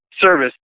service